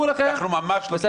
אנחנו ממש לא הצהרנו על כך.